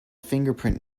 fingerprint